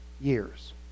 years